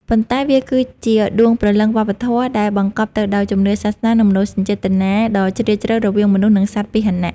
ប៉ុន្តែវាគឺជាដួងព្រលឹងវប្បធម៌ដែលបង្កប់ទៅដោយជំនឿសាសនា និងមនោសញ្ចេតនាដ៏ជ្រាលជ្រៅរវាងមនុស្ស និងសត្វពាហនៈ។